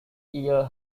year